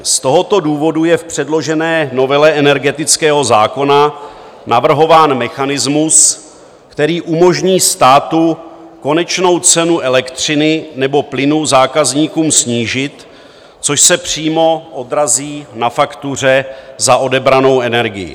Z tohoto důvodu je v předložené novele energetického zákona navrhován mechanismus, který umožní státu konečnou cenu elektřiny nebo plynu zákazníkům snížit, což se přímo odrazí na faktuře za odebranou energii.